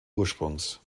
ursprungs